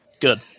Good